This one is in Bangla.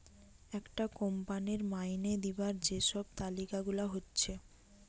একটা কোম্পানির মাইনে দিবার যে সব তালিকা গুলা হচ্ছে